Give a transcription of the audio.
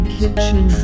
kitchen